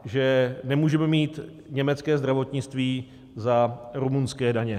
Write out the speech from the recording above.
Že nemůžeme mít německé zdravotnictví za rumunské daně.